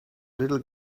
little